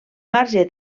marge